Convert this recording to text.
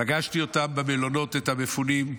פגשתי אותם במלונות, את המפונים,